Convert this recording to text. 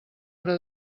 hora